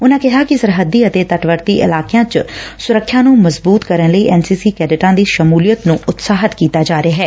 ਉਨਾਂ ਕਿਹਾ ਕਿ ਸਰਹੱਦੀ ਅਤੇ ਤੱਟਵਰਤੀ ਇਲਾਕਿਆਂ ਚ ਸੁਰੱਖਿਆ ਨੂੰ ਮਜ਼ਬੂਤ ਕਰਨ ਲਈ ਐਨ ਸੀ ਸੀ ਕੈਡਿਟਾ ਦੀ ਭਾਈਵਾਲੀ ਨੂੰ ਉਤਸ਼ਾਹਿਤ ਕੀਤਾ ਜਾ ਰਿਹੈ